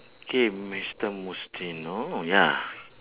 K mister mustino ya